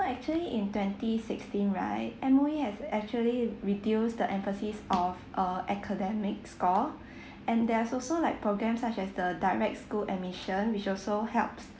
so actually in twenty sixteen right M_O_E has actually reduced the emphasis of uh academic score and there's also like program such as the direct school admission which also helps